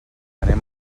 anem